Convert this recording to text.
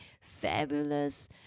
fabulous